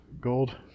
gold